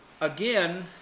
again